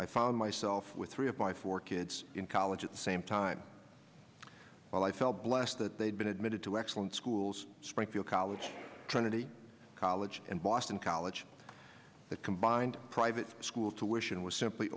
i found myself with three of my four kids in college at the same time while i felt blessed that they had been admitted to excellent schools springfield college trying to teach college and boston college that combined private school tuition was simply